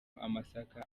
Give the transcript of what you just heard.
amasaka